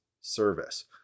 service